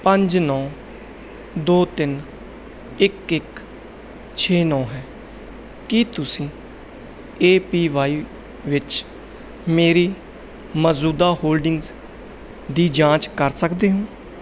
ਪੰਜ ਨੌਂ ਦੋ ਤਿੰਨ ਇੱਕ ਇੱਕ ਛੇ ਨੌਂ ਹੈ ਕੀ ਤੁਸੀਂ ਏ ਪੀ ਵਾਈ ਵਿੱਚ ਮੇਰੀ ਮੌਜੂਦਾ ਹੋਲਡਿੰਗਸ ਦੀ ਜਾਂਚ ਕਰ ਸਕਦੇ ਹੋ